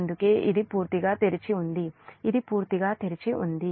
అందుకే ఇది పూర్తిగా తెరిచి ఉంది ఇది పూర్తిగా తెరిచి ఉంది